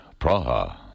Praha